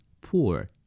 Poor